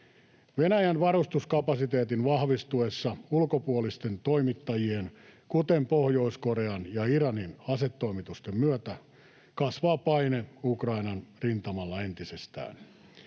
Venäjän varustuskapasiteetin vahvistuessa ulkopuolisten toimittajien, kuten Pohjois-Korean ja Iranin, asetoimitusten myötä kasvaa paine Ukrainan rintamalla entisestään.